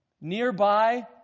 nearby